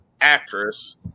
actress